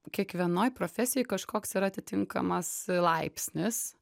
kiekvienoj profesijoj kažkoks yra atitinkamas laipsnis